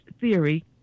theory